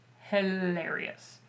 hilarious